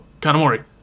Kanamori